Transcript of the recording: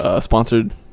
sponsored